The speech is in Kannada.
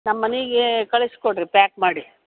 ನಮ್ಮ ಮನೆಗೆ ಕಳ್ಸಿ ಕೊಡಿರಿ ಪ್ಯಾಕ್ ಮಾಡಿ